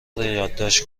یادداشت